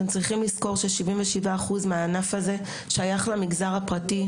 אתם צריכים לזכור ש-77% מהענף הזה שייך למגזר הפרטי,